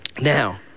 Now